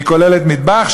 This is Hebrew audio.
והיא כוללת מטבח,